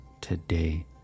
today